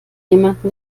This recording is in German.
jemanden